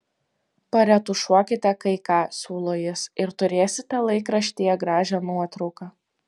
paretušuokite kai ką siūlo jis ir turėsite laikraštyje gražią nuotrauką